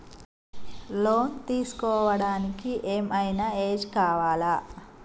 Loan తీస్కోవడానికి ఏం ఐనా ఏజ్ కావాలా?